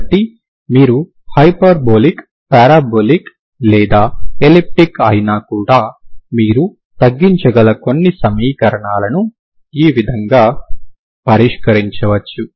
కాబట్టి మీరు hyperbolic parabolic లేదా ఎలిప్టిక్ అయినా కూడా మీరు తగ్గించగల కొన్ని సమీకరణాలను ఈ విధంగా పరిష్కరించవచ్చు